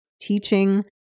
teaching